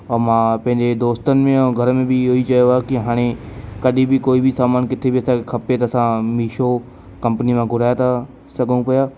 और मां पंहिंजे दोस्तनि में ऐं घर में बि इहो ई चयो आहे कि हाणे कढी बि कोई बि सामान किथे बि असांखे खपे त असां मिशो कंपनीअ मां घुराए था सघऊं पिया